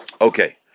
Okay